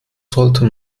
sollte